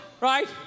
right